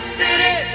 city